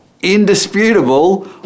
indisputable